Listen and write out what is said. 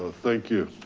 ah thank you.